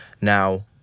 Now